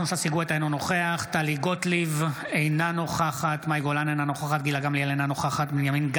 אינה נוכחת רם בן ברק,